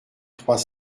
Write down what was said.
trois